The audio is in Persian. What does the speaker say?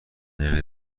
دقیقه